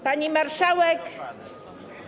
Pani Marszałek!